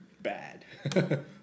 bad